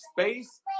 space